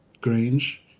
Grange